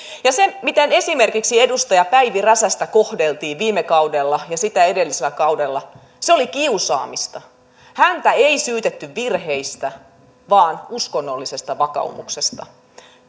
se miten esimerkiksi edustaja päivi räsästä kohdeltiin viime kaudella ja sitä edellisellä kaudella oli kiusaamista häntä ei syytetty virheistä vaan uskonnollisesta vakaumuksesta